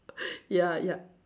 ya ya